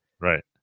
Right